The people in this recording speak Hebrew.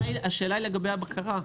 השאלה היא לגבי הבקרה,